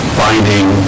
finding